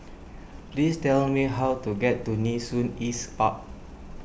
please tell me how to get to Nee Soon East Park